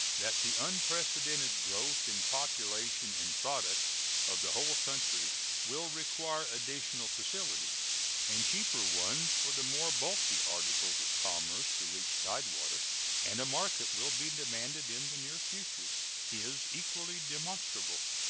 that the unprecedented growth in population and products of the whole country will require additional facilities and cheaper ones for the more bulky articles of commerce to reach tide water and a market will be demanded in the near future is equally demonstrable.